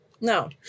no